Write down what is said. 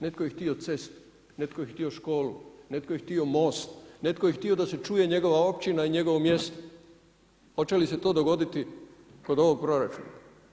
Netko je htio cestu, netko je htio školu, netko je htio most, netko je htio da se čuje njegova općina i njegovo mjesto, hoće li se to dogoditi kod ovog proračuna?